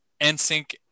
NSYNC